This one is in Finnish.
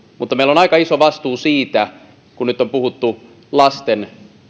mutta meillä on aika iso vastuu siitä kun nyt on puhuttu lasten